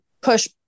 push